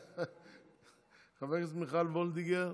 חברת הכנסת מיכל וולדיגר,